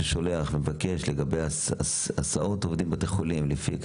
ששולח ומבקש בנוגע להסעות של עובדי בתי חולים לפי קריטריונים,